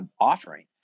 offering